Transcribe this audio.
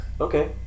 Okay